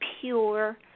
pure